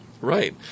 Right